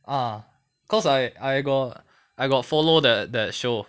ah cause I I got I got follow that that show